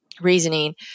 reasoning